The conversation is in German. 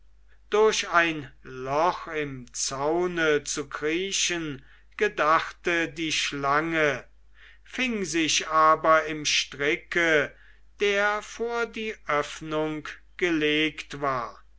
durch ein loch im zaune zu kriechen gedachte die schlange fing sich aber im stricke der vor die öffnung gelegt war